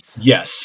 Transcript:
yes